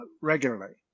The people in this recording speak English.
regularly